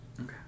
Okay